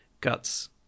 Guts